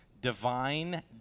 divine